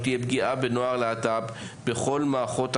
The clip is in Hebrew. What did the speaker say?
תהיה פגיעה בנוער להט"ב בכל מערכות החינוך,